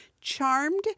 charmed